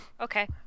Okay